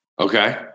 Okay